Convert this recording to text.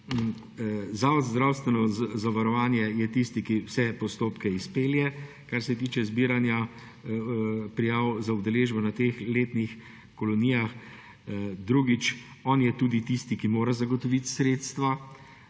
Zavod za zdravstveno zavarovanje je tisti, ki vse postopke izpelje, kar se tiče zbiranja prijav za udeležbo na teh letnih kolonijah. Drugič. On je tudi tisti, ki mora zagotoviti sredstva